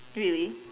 really